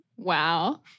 Wow